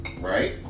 Right